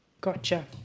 Gotcha